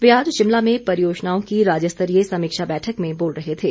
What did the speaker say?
वे आज शिमला में परियोजनाओं की राज्यस्तरीय समीक्षा बैठक में बोल रहे थे